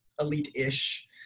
elite-ish